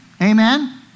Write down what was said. Amen